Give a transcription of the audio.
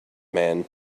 man